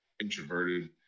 introverted